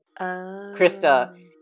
Krista